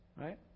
right